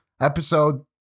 episode